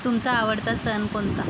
तुमचा आवडता सण कोणता